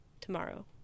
Tomorrow